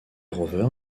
rovers